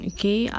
Okay